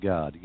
God